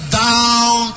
down